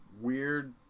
weird